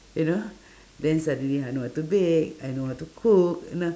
you know then suddenly I know how to bake I know how to cook and uh